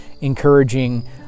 encouraging